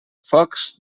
focs